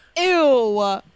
Ew